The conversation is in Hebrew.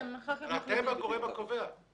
אתם הגורם הקובע.